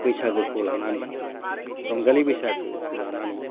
बैसागोखौ लानानै रंजालि बैसागोखौ लानानै